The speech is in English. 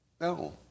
No